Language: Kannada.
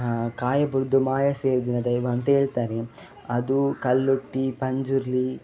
ಕಾಯ ಬುಡ್ದು ಮಾಯ ಸೇರ್ದಿನ ದೈವ ಅಂತ ಹೇಳ್ತಾರೆ ಅದು ಕಲ್ಲುಟ್ಟಿ ಪಂಜುರ್ಲಿ